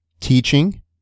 Teaching